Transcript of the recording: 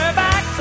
back